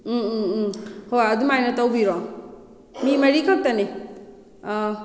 ꯎꯝ ꯎꯝ ꯎꯝ ꯍꯣꯏ ꯑꯗꯨꯃꯥꯏꯅ ꯇꯧꯕꯤꯔꯣ ꯃꯤ ꯃꯔꯤ ꯈꯛꯇꯅꯤ ꯑꯥ